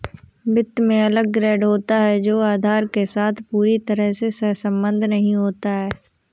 वित्त में अलग ग्रेड होता है जो आधार के साथ पूरी तरह से सहसंबद्ध नहीं होता है